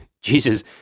Jesus